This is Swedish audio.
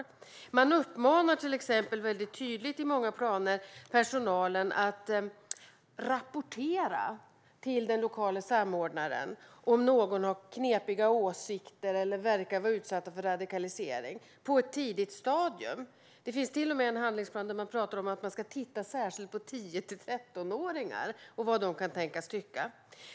I många planer uppmanar man till exempel tydligt personalen att på ett tidigt stadium rapportera till den lokala samordnaren om någon har knepiga åsikter eller verkar vara utsatt för radikalisering. Det finns till och med en handlingsplan där det talas om att man ska titta särskilt på 10-13-åringar och vad de kan tänkas tycka.